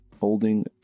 holding